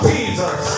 Jesus